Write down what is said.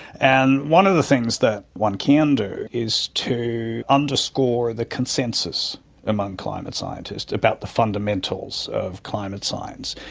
and one of the things that one can do is to underscore the consensus among climate scientists about the fundamentals of climate science.